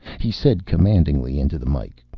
he said commandingly into the mike,